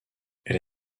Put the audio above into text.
elle